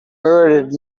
murdered